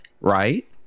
right